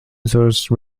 source